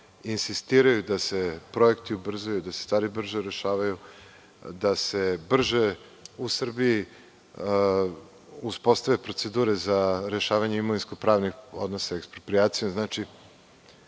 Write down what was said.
insistiraju da se projekti ubrzaju, da se stvari brže rešavaju, da se brže u Srbiji uspostave procedure za rešavanje imovinsko-pravnih odnosa eksproprijacijom, znači,